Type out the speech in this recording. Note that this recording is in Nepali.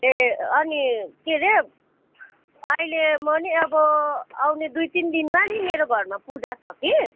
ए अनि के अरे अहिले म नि अब आउने दुई तिन दिनमा नि मेरो घरमा पूजा छ कि